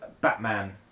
Batman